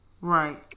Right